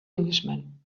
englishman